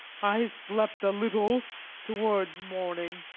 i slept a little towards morning.